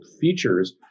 features